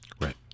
Right